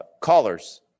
callers